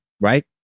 right